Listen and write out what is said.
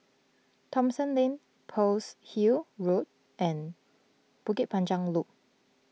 Thomson Lane Pearl's Hill Road and Bukit Panjang Loop